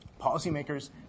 Policymakers